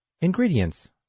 Ingredients